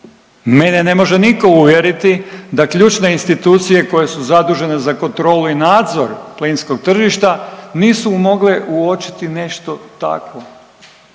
Mene ne može nitko uvjeriti da ključne institucije koje su zadužene za kontrolu i nadzor plinskog tržišta nisu mogle uočiti nešto takvo,